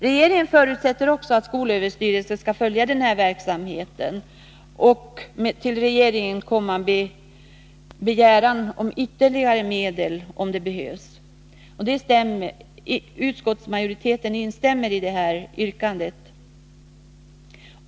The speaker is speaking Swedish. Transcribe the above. Regeringen förutsätter att skolöverstyrelsen skall följa verksamheten och hos regeringen begära ytterligare medel om så behövs. Utskottsmajoriteten instämmer i detta yrkande.